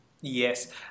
Yes